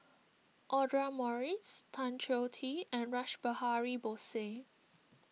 Audra Morrice Tan Choh Tee and Rash Behari Bose